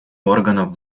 органов